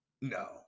no